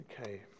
Okay